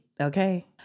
Okay